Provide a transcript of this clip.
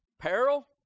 Peril